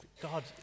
God